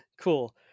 cool